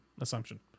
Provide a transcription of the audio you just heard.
Assumption